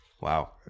Wow